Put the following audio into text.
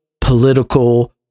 political